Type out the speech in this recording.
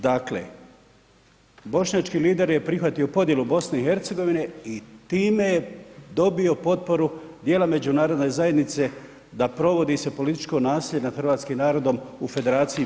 Dakle, bošnjački lider je prihvatio podjelu BiH i time dobio potporu dijela Međunarodne zajednice da provodi se političko nasilje nad hrvatskim narodom u Federaciji BiH.